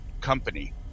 company